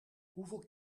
hoeveel